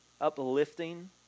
uplifting